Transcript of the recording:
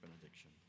benediction